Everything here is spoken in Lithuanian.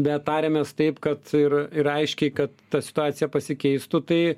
bet tariamės taip kad ir ir aiškiai kad ta situacija pasikeistų tai